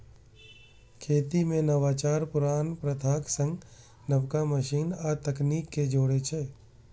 खेती मे नवाचार पुरान प्रथाक संग नबका मशीन आ तकनीक कें जोड़ै छै